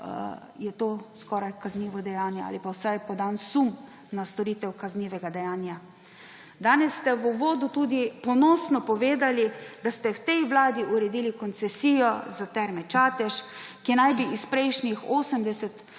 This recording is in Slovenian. je to skoraj kaznivo dejanje ali pa vsaj podan sum na storitev kaznivega dejanja. Danes ste v uvodu tudi ponosno povedali, da ste v tej vladi uredili koncesijo za Terme Čatež, ki naj bi s prejšnjih 80